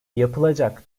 yapılacak